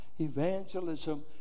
Evangelism